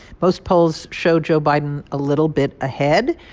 most polls show joe biden a little bit ahead.